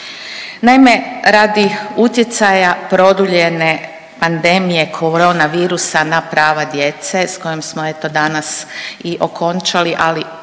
Naime, radi utjecaja produljene pandemije korona virusa na prava djece s kojom smo eto danas i okončali, ali